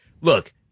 look